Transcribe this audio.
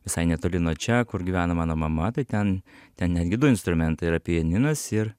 visai netoli nuo čia kur gyvena mano mama tai ten ten netgi du instrumentai yra pianinas ir